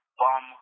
bum